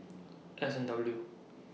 S and W